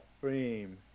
frame